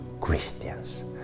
Christians